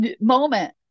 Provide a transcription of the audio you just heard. moment